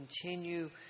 continue